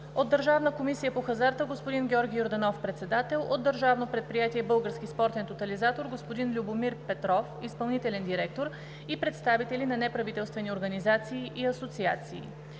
от Държавна комисия по хазарта: господин Георги Йорданов – председател; от Държавно предприятие „Български спортен тотализатор“: господин Любомир Петров – изпълнителен директор, и представители на неправителствени организации и асоциации.